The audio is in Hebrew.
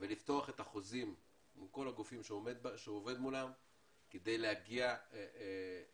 ולפתוח את החוזים עם כל הגופים שהוא עובד מולם כדי להגיע לזה.